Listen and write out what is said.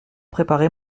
préparé